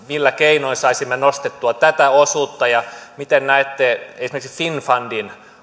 millä keinoin saisimme nostettua tätä osuutta ja miten näette esimerkiksi finnfundin